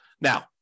Now